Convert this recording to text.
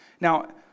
Now